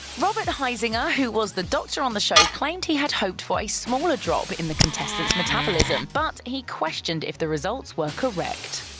robert huizenga, who was the doctor on the show, claimed he had hoped for a smaller drop in the contestants' metabolism but he questioned if the results were correct.